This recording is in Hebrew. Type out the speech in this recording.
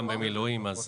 גם במילואים.